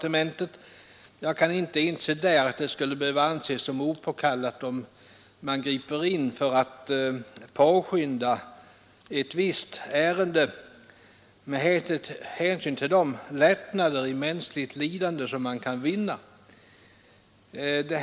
Jag kan inte inse att det skulle behöva anses som opåkallat att man där griper in för att påskynda ett visst ärende, med hänsyn till de lättnader i mänskligt lidande som kan vinnas.